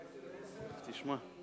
תשמע.